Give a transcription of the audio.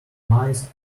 mice